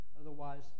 Otherwise